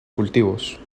cultivos